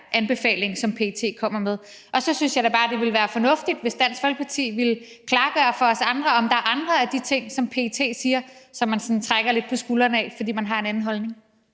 som PET kommer med, og så synes jeg da bare, det ville være fornuftigt, hvis Dansk Folkeparti ville klargøre for os andre, om der er andre af de ting, som PET siger, som man sådan trækker lidt på skuldrene af, fordi man har en anden holdning.